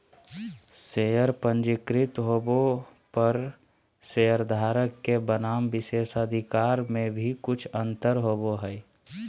share पंजीकृत होबो पर शेयरधारक के बनाम विशेषाधिकार में भी कुछ अंतर होबो हइ